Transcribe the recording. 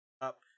up